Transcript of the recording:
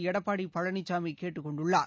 எடப்பாடி பழனிசாமி கேட்டுக் கொண்டுள்ளார்